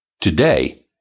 Today